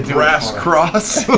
brass cross!